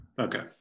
Okay